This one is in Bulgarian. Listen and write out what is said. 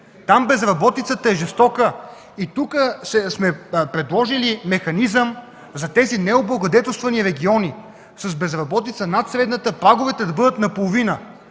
безработицата е жестока. Тук сме предложили механизъм за необлагодетелстваните региони, с безработица над средната праговете да бъдат наполовина: